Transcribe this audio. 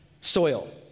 soil